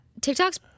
TikTok's